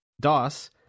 DOS